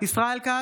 ישראל כץ,